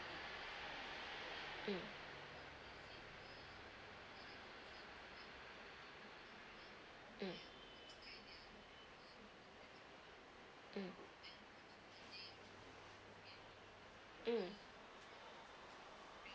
mm mm mm mm